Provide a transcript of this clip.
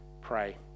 pray